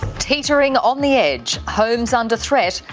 teetering on the edge, homes under threat,